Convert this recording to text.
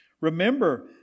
Remember